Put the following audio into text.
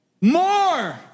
more